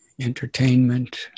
entertainment